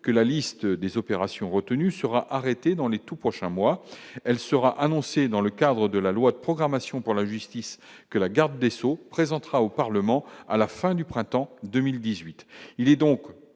que la liste des opérations retenues sera arrêté dans les tout prochains mois, elle sera annoncée dans le cadre de la loi de programmation pour la justice que la garde des Sceaux présentera au Parlement à la fin du printemps 2018,